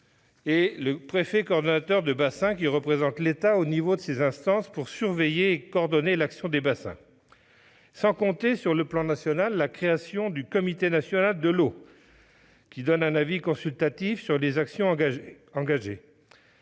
et le préfet coordonnateur de bassin qui représente l'État au niveau de ces instances pour surveiller et coordonner l'action des bassins. Je rappelle également la création, au niveau national, du Comité national de l'eau (CNE), qui donne un avis consultatif sur les actions engagées.